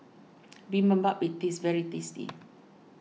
Bibimbap is very tasty